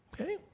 okay